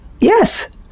Yes